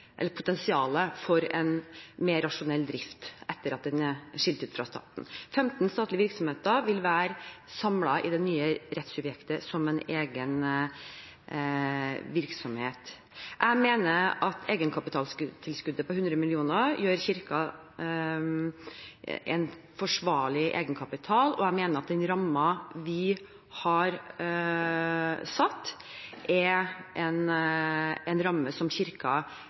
for en mer rasjonell drift etter at den er skilt ut fra staten. 15 statlige virksomheter vil være samlet i det nye rettssubjektet som en egen virksomhet. Jeg mener at egenkapitaltilskuddet på 100 mill. kr gir Kirken en forsvarlig egenkapital, og jeg mener at den rammen vi har satt, er en ramme som